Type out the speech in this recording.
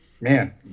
man